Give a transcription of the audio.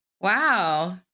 wow